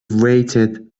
waited